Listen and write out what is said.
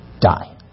die